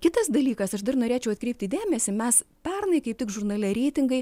kitas dalykas aš dar norėčiau atkreipti dėmesį mes pernai kaip tik žurnale reitingai